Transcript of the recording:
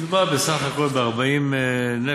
מדובר בסך הכול ב-40 נפש,